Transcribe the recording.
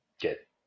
get